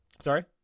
Sorry